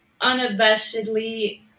unabashedly